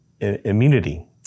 immunity